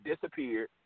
disappeared